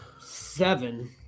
seven